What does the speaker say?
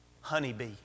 honeybee